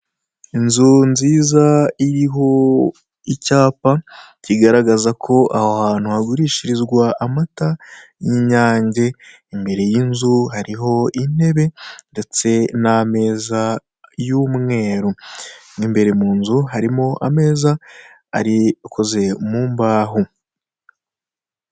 Inzu nziza iriho icyapa kigaragaza ko aho hantu hagurishirizwa amata y'inyange imbere y'inzu hariho intebe ndetse n'ameza y'umweru imbere mu nzu harimo ameza ari akoze mu mbaho.